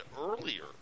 earlier